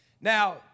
Now